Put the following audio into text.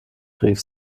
rief